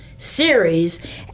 Series